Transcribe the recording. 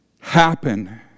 happen